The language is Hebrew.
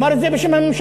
אמר את זה בשם הממשלה.